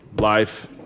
life